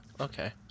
okay